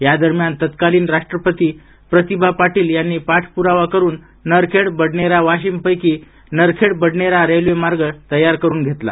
या दरम्यान तत्कालीन राष्ट्रपती प्रतिभा पाटील यांनी पाठपुरावा करून नरखेड बडनेरा वाशीम पैकी नरखेड बडनेरा रेल्वेमार्ग तयार करून घेतला